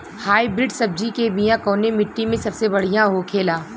Hybrid सब्जी के बिया कवने मिट्टी में सबसे बढ़ियां होखे ला?